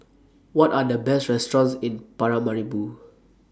What Are The Best restaurants in Paramaribo